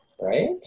right